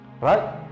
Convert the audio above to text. right